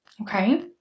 okay